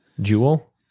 Jewel